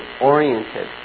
oriented